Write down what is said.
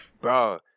bro